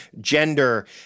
gender